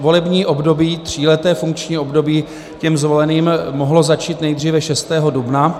Volební období, tříleté funkční období, těm zvoleným mohlo začít nejdříve 6. dubna.